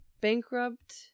Bankrupt